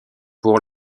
pour